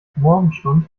morgenstund